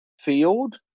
field